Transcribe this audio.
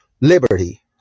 liberty